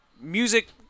music